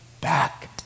back